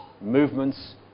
movements